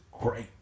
great